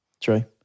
true